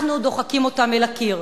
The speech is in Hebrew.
אנחנו דוחקים אותם אל הקיר.